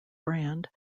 brand